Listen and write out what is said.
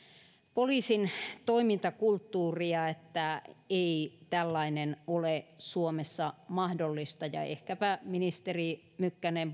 poliisin toimintakulttuuria että ei tällainen ole suomessa mahdollista ja ehkäpä ministeri mykkänen